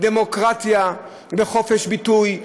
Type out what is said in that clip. דמוקרטיה וחופש ביטוי,